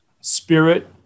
spirit